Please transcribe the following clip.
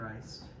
Christ